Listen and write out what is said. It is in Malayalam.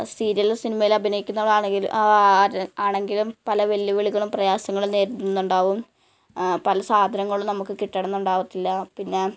സീരിയലും സിനിമയിലും അഭിനയിക്കുന്ന അവൾ ആണെങ്കിൽ ആണെങ്കിലും പല വെല്ലുവിളികളും പ്രയാസങ്ങളും നേരിടുന്നുണ്ടാവും പല സാധങ്ങളും നമുക്ക് കിട്ടണം എന്നുണ്ടാവാത്തില്ല പിന്നേ